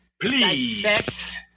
Please